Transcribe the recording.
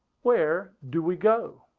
where do we go?